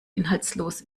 inhaltslos